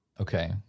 Okay